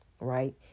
right